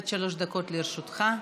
עד שלוש דקות לרשותך.